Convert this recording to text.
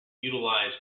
utilize